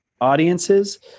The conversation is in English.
Audiences